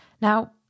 Now